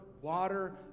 water